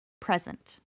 present